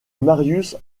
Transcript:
marius